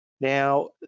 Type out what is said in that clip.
Now